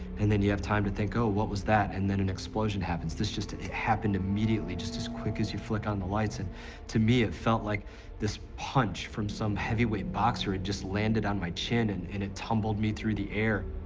and then you have time to think, oh, what was that? and then an explosion happens. this just, it happened immediately just as quick as you flick on the lights, and to me it felt like this punch from some heavyweight boxer had just landed on my chin, and and it tumbled me through the air.